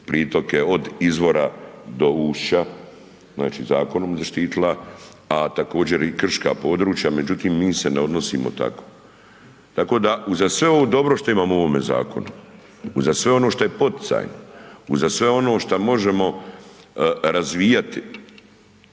pritoke od izvora do ušća, znači zakonom zaštitila a također i krška područja međutim, mi se ne odnosimo tako. Tako da uza sve ovo dobro što imamo u ovom zakonu, uza sve ono što je poticaj, uza sve ono šta možemo razvijati,